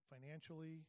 financially